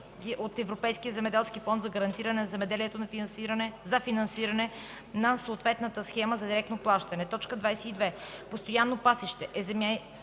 от Европейския земеделски фонд за гарантиране на земеделието за финансиране на съответната схема за директно плащане. 22. „Постоянно пасище” е земя,